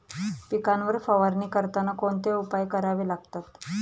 पिकांवर फवारणी करताना कोणते उपाय करावे लागतात?